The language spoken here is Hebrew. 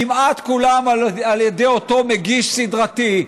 כמעט כולן על ידי אותו מגיש סדרתי,